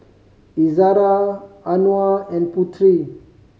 Izzara Anuar and Putri